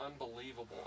unbelievable